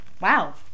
Wow